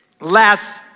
Last